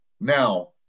Now